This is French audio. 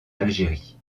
algérie